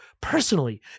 personally